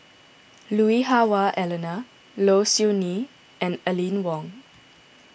Lui Hah Wah Elena Low Siew Nghee and Aline Wong